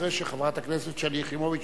אחרי שחברת הכנסת שלי יחימוביץ,